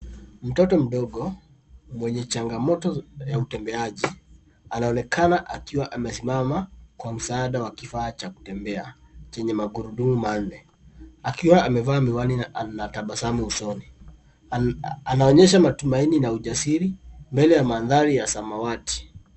Mtoto mdogo mwenye changamoto ya utembeaji anaonekana akiwa amesimama kwa msaada wa kifaa cha kutembea chenye magurudumu manne akiwa amevaa miwani na anatabasamu usoni. Anaonyesha matumaini na ujasiri mbele ya mandhari ya samawati.